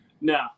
No